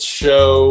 show